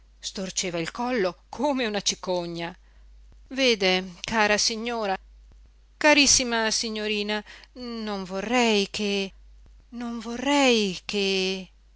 storceva il collo come una cicogna vede cara signora carissima signorina non vorrei che non vorrei che